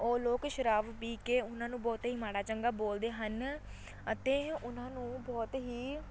ਉਹ ਲੋਕ ਸ਼ਰਾਬ ਪੀ ਕੇ ਉਹਨਾਂ ਨੂੰ ਬਹੁਤਾ ਹੀ ਮਾੜਾ ਚੰਗਾ ਬੋਲਦੇ ਹਨ ਅਤੇ ਉਹਨਾਂ ਨੂੰ ਬਹੁਤ ਹੀ